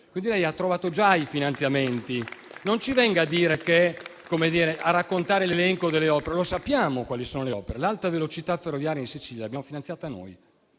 Quindi, lei ha trovato già i finanziamenti. Non ci venga a raccontare l'elenco delle opere, perché sappiamo quali sono. L'alta velocità ferroviaria in Sicilia l'abbiamo finanziata noi